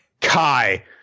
Kai